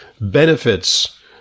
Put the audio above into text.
benefits